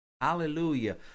Hallelujah